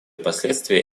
последствия